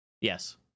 yes